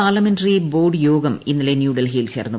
parliamentary board യോഗം ഇന്നലെ ന്യൂഡൽഹിയിൽ ചേർന്നു